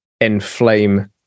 inflame